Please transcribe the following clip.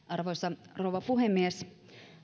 arvoisa rouva puhemies